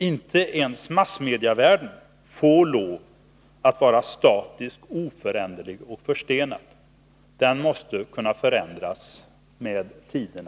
Inte ens massmediavärlden får vara statisk, oföränderlig och förstenad. Även den måste kunna förändras med tiderna.